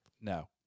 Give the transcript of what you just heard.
No